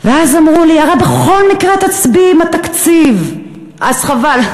אמרו לי: הרי בכל מקרה תצביעי עם התקציב, אז חבל.